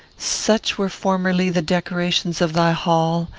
such were formerly the decorations of thy hall,